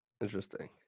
interesting